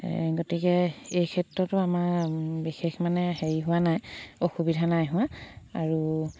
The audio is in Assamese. গতিকে এই ক্ষেত্ৰতো আমাৰ বিশেষ মানে হেৰি হোৱা নাই অসুবিধা নাই হোৱা আৰু